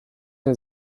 der